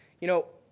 you know,